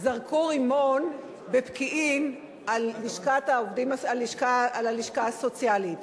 זרקו רימון בפקיעין על הלשכה הסוציאלית.